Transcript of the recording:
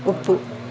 ಒಪ್ಪು